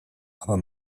aber